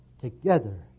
together